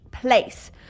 place